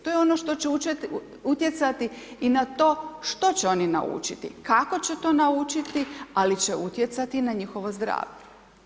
To je ono što utjecati i na to što će oni naučiti, kako će to naučiti ali će utjecati i na njihovo zdravlje.